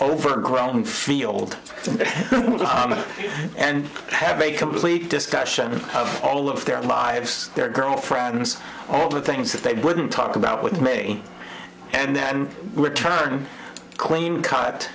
overgrown field and have a complete discussion of all of their lives their girlfriends all the things that they wouldn't talk about with me and that would turn clean cut